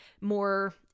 more